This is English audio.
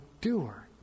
doer